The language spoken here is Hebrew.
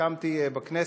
שהקמתי בכנסת,